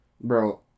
bro